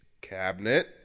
cabinet